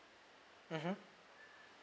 mmhmm